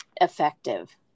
effective